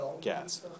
gas